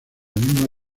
misma